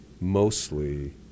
mostly